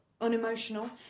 unemotional